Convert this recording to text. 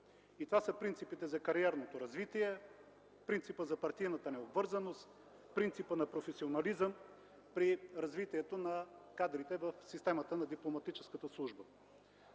Това са принципите за кариерното развитие, принципът за партийната необвързаност, принципът на професионализъм при развитието на кадрите в системата на Дипломатическата служба.